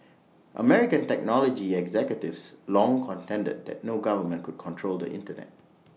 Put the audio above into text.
American technology executives long contended that no government could control the Internet